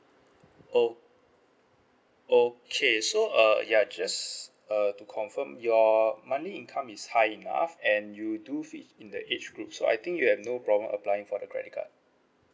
oh okay so err ya just uh to confirm your monthly income is high enough and you do fit in the age group so I think you have no problem applying for the credit card